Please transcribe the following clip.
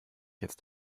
jetzt